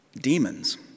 demons